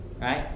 Right